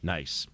Nice